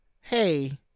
hey